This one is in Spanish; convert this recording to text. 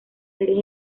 series